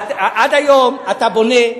עד היום אתה בונה,